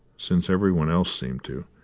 since every one else seemed to,